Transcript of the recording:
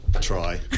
try